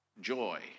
joy